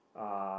uh